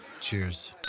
Cheers